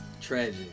Tragic